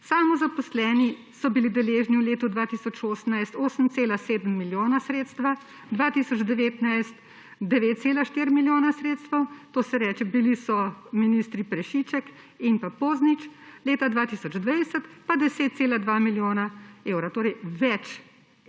Samozaposleni so bili deležni v letu 2018 8,7 milijona sredstev, 2019 9,14 milijona sredstev, bila sta ministra Prešiček in Poznič, leta 2020 pa 10,2 milijona evra. Torej je